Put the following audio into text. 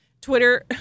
Twitter